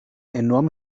enorm